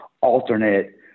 alternate